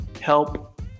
help